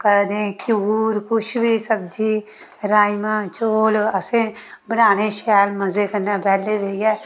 कदें क्यूर किश बी सब्जी राजमांह् चौल असें बनाने शैल मजे कन्नै बैह्ले बेहियै